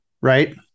Right